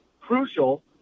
crucial